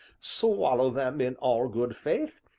swallow them in all good faith,